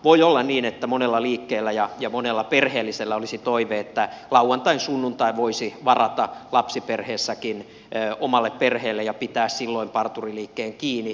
voi olla niin että monella liikkeellä ja monella perheellisellä olisi toive että lauantain sunnuntain voisi varata lapsiperheessäkin omalle perheelle ja pitää silloin parturiliikkeen kiinni